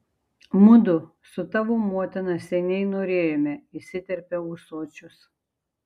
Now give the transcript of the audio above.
mudu su tavo motina seniai norėjome įsiterpia ūsočius